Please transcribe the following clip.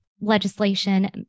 legislation